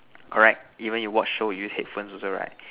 correct even you watch show you use headphones also right